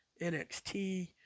nxt